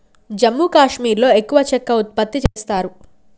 జమ్మూ కాశ్మీర్లో ఎక్కువ చెక్క ఉత్పత్తి చేస్తారు